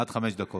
עד חמש דקות.